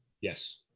Yes